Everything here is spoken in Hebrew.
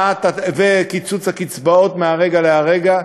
בקיצוץ הקצבאות מרגע לרגע,